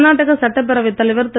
கர்நாடக சட்டப் பேரவைத் தலைவர் திரு